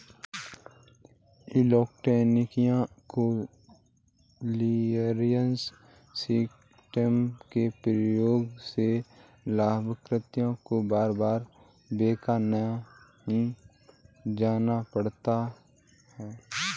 electronic clearance system के प्रयोग से लाभकर्ता को बार बार बैंक नहीं जाना पड़ता है